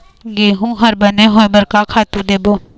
गेहूं हर बने होय बर का खातू देबो?